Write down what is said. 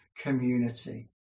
community